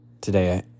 Today